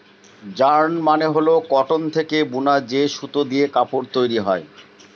yarn মানে হল cotton থেকে বুনা যে সুতো দিয়ে কাপড় তৈরী হয়